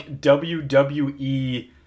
WWE